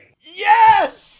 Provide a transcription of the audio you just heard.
Yes